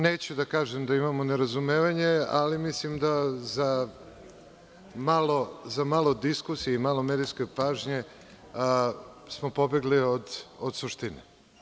Neću da kažem da imamo nerazumevanje, ali mislim da za malo diskusije i malo medijske pažnje smo pobegli od suštine.